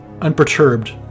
unperturbed